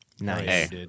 Nice